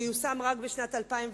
זה ייושם רק בשנת 2010,